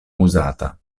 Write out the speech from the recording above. uzata